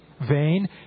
vain